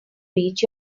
reach